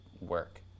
work